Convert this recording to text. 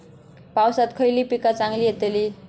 पावसात खयली पीका चांगली येतली?